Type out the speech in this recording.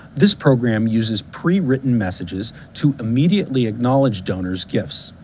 this program uses pre-written messages to immediately acknowledge donors gifts.